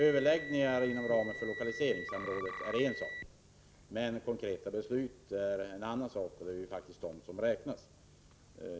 Överläggningar inom ramen för lokaliseringssamrådet är en sak, konkreta beslut en annan — och det är ju faktiskt de som räknas.